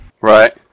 Right